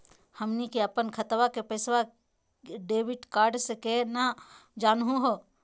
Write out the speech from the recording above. हमनी के अपन खतवा के पैसवा डेबिट कार्ड से केना जानहु हो?